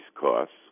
costs